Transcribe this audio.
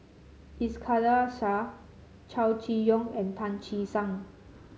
Iskandar Shah Chow Chee Yong and Tan Che Sang